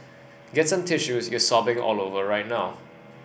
get some tissues you're sobbing all over right now